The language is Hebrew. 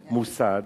מוסד,